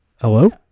hello